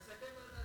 ב"הדסה".